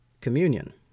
communion